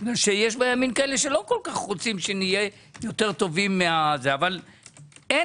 שיש בימין כאלה שלא כל כך רוצים שנהיה יותר טובים מזה אבל אין